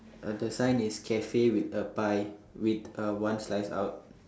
uh the sign is cafe with a pie with a one slice out